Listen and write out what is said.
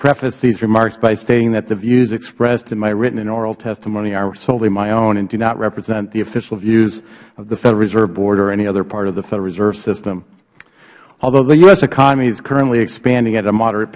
preface these remarks by stating that the views expressed in my written and oral testimony are solely my own and do not represent the official views of the federal reserve board or any other part of the federal reserve system although the u s economy is currently expanding at a moderate